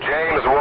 James